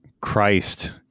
Christ